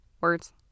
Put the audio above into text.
Words